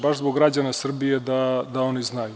Baš zbog građana Srbije da znaju.